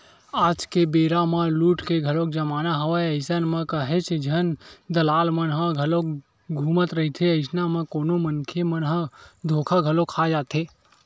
आज के बेरा म लूट के घलोक जमाना हवय अइसन म काहेच झन दलाल मन ह घलोक घूमत रहिथे, अइसन म कोनो मनखे मन ह धोखा घलो खा जाथे